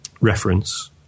reference